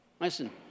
Listen